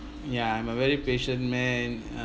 ya I'm a very patient man uh